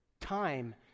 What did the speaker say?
time